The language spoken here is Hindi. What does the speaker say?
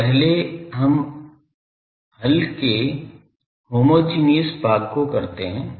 तो पहले हम हल के होमोजेनियस भाग को करते हैं